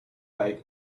bike